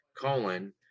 colon